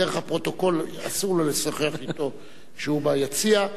דרך הפרוטוקול אסור לו לשוחח אתו כשהוא ביציע.